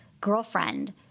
girlfriend